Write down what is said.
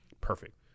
Perfect